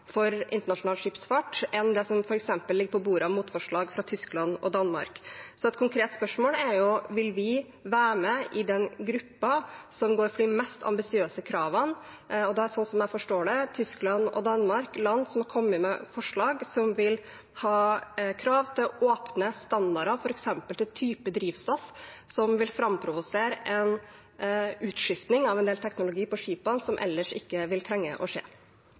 for internasjonal skipsfart enn det som f.eks. ligger på bordet av motforslag fra Tyskland og Danmark. Et konkret spørsmål er: Vil vi være med i den gruppen som går for de mest ambisiøse kravene? Da er, sånn jeg forstår det, Tyskland og Danmark land som har kommet med forslag som vil ha krav til åpne standarder, f.eks. til type drivstoff som vil framprovosere en utskiftning av en del teknologi på skipene som ellers ikke vil trenge å skje.